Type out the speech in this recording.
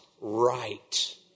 right